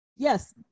Yes